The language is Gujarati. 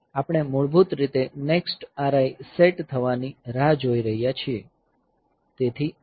આપણે મૂળભૂત રીતે નેક્સ્ટ RI સેટ થવાની રાહ જોઈ રહ્યા છીએ તેથી JNB RIL2